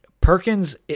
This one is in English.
Perkins